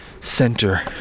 center